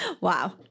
Wow